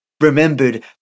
remembered